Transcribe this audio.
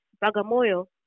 Bagamoyo